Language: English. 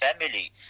family